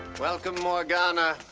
welcome, morgana.